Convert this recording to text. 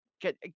get